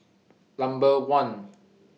Number one